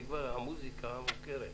המוזיקה מוכרת,